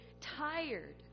tired